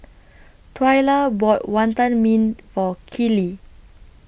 Twyla bought Wantan Mee For Keeley